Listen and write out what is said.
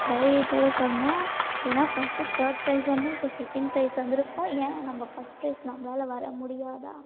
தைரியத்தோடு சொன்னேன் ஏன்னா ஃபஸ்ட்டு தார்ட் ப்ரைஸ் வந்தேன் இப்போ செகண்ட் ப்ரைஸ் வந்திருக்கோம் ஏன் நம்ம ஃபஸ்ட் ப்ரைஸ் நம்மளால வரமுடியாதா